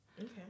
Okay